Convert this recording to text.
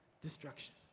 destruction